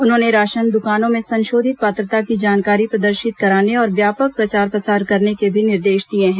उन्होंने राशन दुकानों में संशोधित पात्रता की जानकारी प्रदर्शित कराने और व्यापक प्रचार प्रसार करने के भी निर्देश दिए हैं